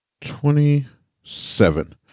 twenty-seven